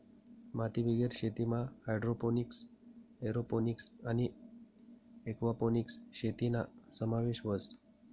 मातीबिगेर शेतीमा hydroponics, aeroponics आणि एक्वापोनिक्स शेतीना समावेश व्हस